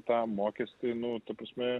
tą mokestį nu ta prasme